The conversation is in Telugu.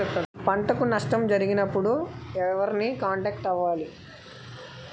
పంటకు నష్టం జరిగినప్పుడు ఎవరిని కాంటాక్ట్ అవ్వాలి?